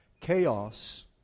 chaos